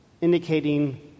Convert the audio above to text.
indicating